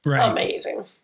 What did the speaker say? amazing